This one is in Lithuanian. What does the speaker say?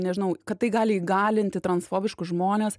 nežinau kad tai gali įgalinti transfobiškus žmones